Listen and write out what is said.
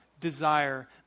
desire